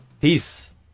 Peace